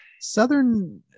Southern